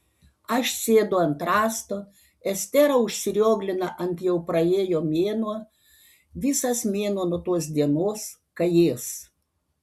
aš sėdu ant rąsto estera užsirioglina ant jau praėjo mėnuo visas mėnuo nuo tos dienos kai ės